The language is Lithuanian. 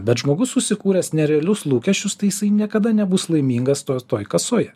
bet žmogus susikūręs nerealius lūkesčius tai jisai niekada nebus laimingas to toj kasoje